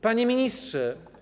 Panie Ministrze!